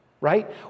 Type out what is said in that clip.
right